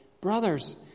Brothers